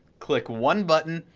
click one button,